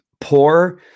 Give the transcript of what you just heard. poor